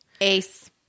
Ace